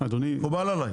מקובל עלי.